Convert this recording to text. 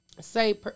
say